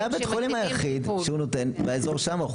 בית החולים היחיד שהוא נותן באזור שמה.